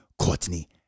Courtney